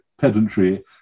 pedantry